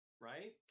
right